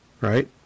Right